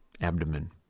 Abdomen